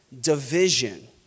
division